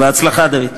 בהצלחה, דוד.